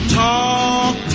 talk